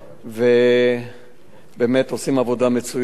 ובאמת עושים עבודה מצוינת,